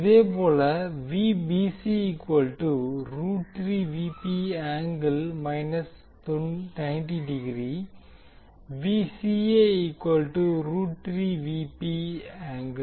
இதேபோல்